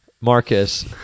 Marcus